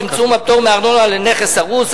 צמצום הפטור מארנונה על נכס הרוס,